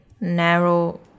narrow